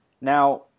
Now